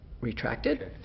retracted